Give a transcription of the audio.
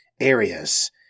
areas